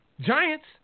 Giants